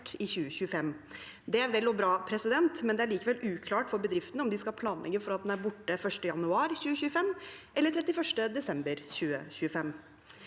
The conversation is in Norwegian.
i 2025. Det er vel og bra, men det er likevel uklart for bedriftene om de skal planlegge for at den er borte 1. januar 2025 eller 31. desember 2025.